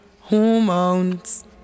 hormones